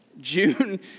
June